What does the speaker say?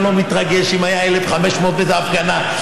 ואני לא מתרגש אם היו 1,500 באיזו הפגנה,